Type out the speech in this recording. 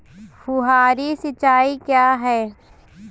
फुहारी सिंचाई क्या है?